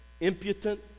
impudent